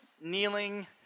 kneeling